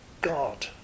God